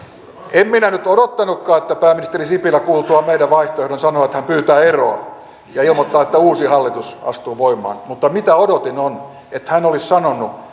en minä nyt odottanutkaan että pääministeri sipilä kuultuaan meidän vaihtoehtomme sanoo että hän pyytää eroa ja ilmoittaa että uusi hallitus astuu voimaan mutta se mitä odotin on että hän olisi sanonut